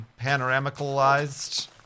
panoramicalized